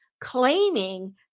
claiming